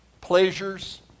pleasures